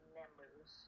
members